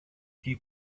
few